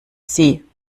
sie